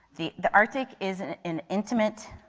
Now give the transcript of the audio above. the the arctic is an an intimate